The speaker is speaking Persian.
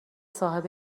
صاحب